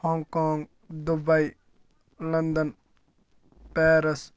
Hong Kong Dubai London Paris